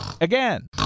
Again